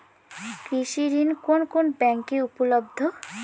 কৃষি ঋণ কোন কোন ব্যাংকে উপলব্ধ?